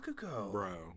bro